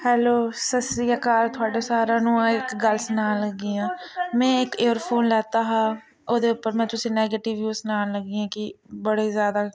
hello ससरियाकाल थोआढ़े सारेआ नुं इक गल्ल सनान लगी आं में इक एयरफोन लैता हा ओह्दे उप्पर में तुसें नैगेटिव व्यू सनान लगी आं कि बड़े ज्यादा